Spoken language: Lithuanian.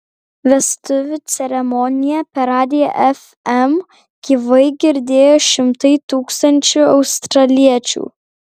vestuvių ceremoniją per radiją fm gyvai girdėjo šimtai tūkstančių australiečių